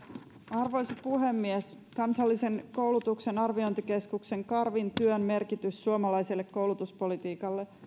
arvoisa puhemies kansallisen koulutuksen arviointikeskuksen karvin työn merkitys suomalaiselle koulutuspolitiikalle